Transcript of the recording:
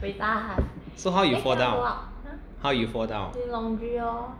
so how you fall down how you fall down